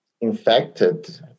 infected